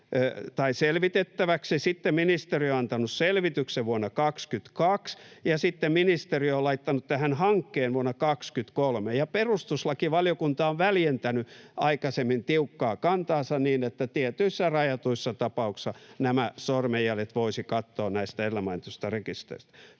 Sitten ministeri on antanut selvityksen vuonna 22, ja sitten ministeri on laittanut tähän hankkeen vuonna 23 ja perustuslakivaliokunta on väljentänyt aikaisemmin tiukkaa kantaansa niin, että tietyissä rajatuissa tapauksissa nämä sormenjäljet voisi katsoa näistä edellä mainituista rekistereistä.